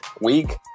week